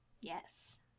Yes